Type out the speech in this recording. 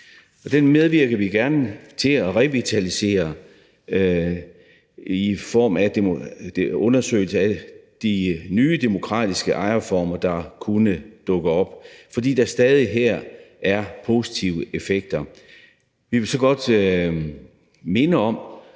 den medvirker vi gerne til at revitalisere i form af undersøgelser af de nye demokratiske ejerformer, der kunne dukke op, for der er stadig positive effekter her. Vi vil så godt minde om,